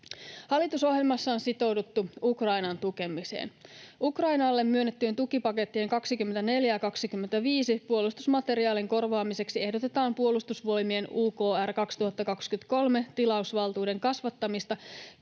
Hallitusohjelmassa on sitouduttu Ukrainan tukemiseen. Ukrainalle myönnettyjen tukipakettien 24 ja 25 puolustusmateriaalin korvaamiseksi ehdotetaan Puolustusvoimien UKR 2023 -tilausvaltuuden kasvattamista 277,2